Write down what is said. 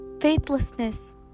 faithlessness